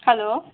hello